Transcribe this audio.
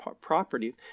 properties